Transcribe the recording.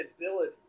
Village